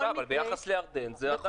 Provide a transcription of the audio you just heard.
ביחס לירדן זאת עדיין משכורת גבוהה.